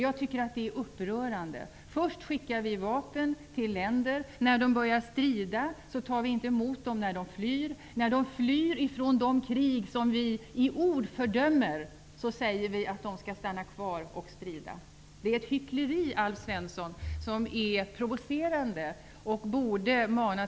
Jag tycker att det är upprörande. Först skickar vi vapen till länder. När länderna börjar strida, tar vi inte emot de som flyr. När de flyr ifrån de krig som vi i ord fördömer, säger vi att de skall stanna kvar och strida. Det är ett hyckleri som är provocerande, Alf Svensson.